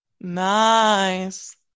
Nice